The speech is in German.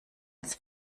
als